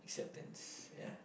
acceptance yeah